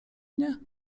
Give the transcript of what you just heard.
mnie